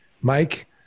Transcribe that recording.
Mike